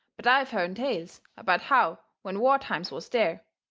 but i've hearn tales about how when war times was there,